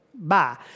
Bye